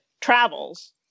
travels